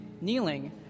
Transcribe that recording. kneeling